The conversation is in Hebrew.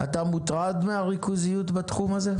אתה מוטרד מהריכוזיות בתחום הזה?